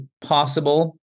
possible